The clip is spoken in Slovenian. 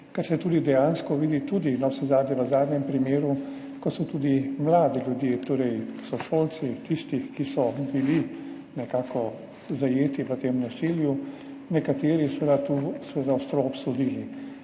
zaposleni, dejansko vidi, navsezadnje tudi v zadnjem primeru, ko so tudi mladi ljudje, torej sošolci tistih, ki so bili nekako zajeti v tem nasilju, seveda to ostro obsodili.